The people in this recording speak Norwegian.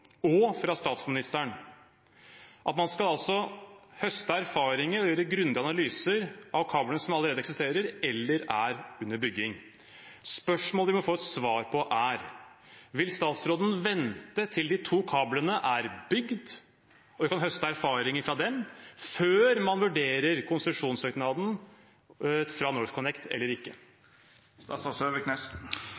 og fra statsministeren: at man skal høste erfaringer og gjøre grundige analyser av kablene som allerede eksisterer eller er under bygging. Spørsmålet vi må få et svar på, er: Vil statsråden vente til de to kablene er bygd og vi kan høste erfaringer fra dem, før man vurderer konsesjonssøknaden fra NorthConnect, eller ikke?